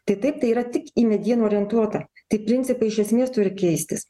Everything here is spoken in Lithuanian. tai taip yra tik į medieną orientuota tai principai iš esmės turi keistis